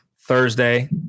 Thursday